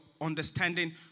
understanding